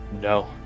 No